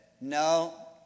no